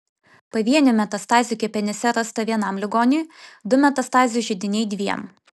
pavienių metastazių kepenyse rasta vienam ligoniui du metastazių židiniai dviem